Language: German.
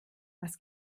was